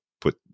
put